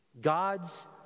God's